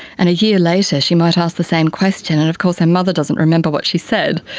and a year later she might ask the same question, and of course her mother doesn't remember what she said,